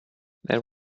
there